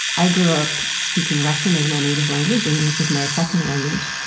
i grew up speaking russian as my native language, english is my second language,